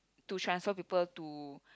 to transfer people to